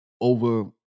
over